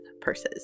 purses